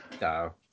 No